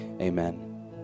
amen